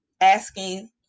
asking